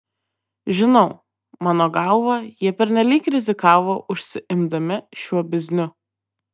žinau mano galva jie pernelyg rizikavo užsiimdami šiuo bizniu